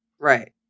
Right